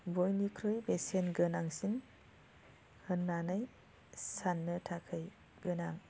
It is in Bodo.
बयनिख्रुइ बेसेन गोनांसिन होननानै साननो थाखाय गोनां